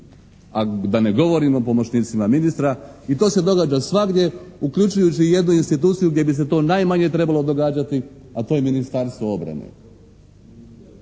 a da ne govorim o pomoćnicima ministra i to se događa svagdje uključujući i jednu instituciju gdje bi se to najmanje trebalo događati a to je Ministarstvo obrane.